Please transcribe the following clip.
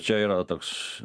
čia yra toks